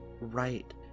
right